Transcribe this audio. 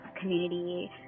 community